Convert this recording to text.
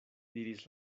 diris